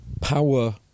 power